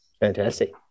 fantastic